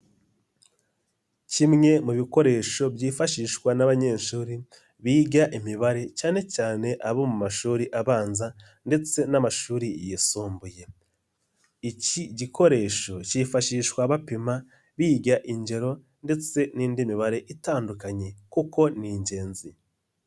Kimwe mu bikoresho byifashishwa n'abanyeshuri biga Imibare cyane cyane abo mu mashuri abanza ndetse n'amashuri yisumbuye. Iki gikoresho cyifashishwa bapima, biga ingero ndetse n'indi mibare itandukanye kuko ni ingenzi.